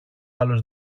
άλλος